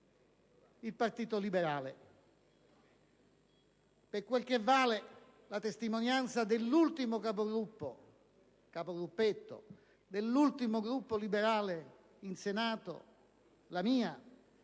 al Partito Liberale, per quello che vale la testimonianza dell'ultimo Capogruppo - «capogruppetto» - dell'ultimo Gruppo liberale in Senato, la mia,